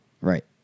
Right